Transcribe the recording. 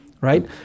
right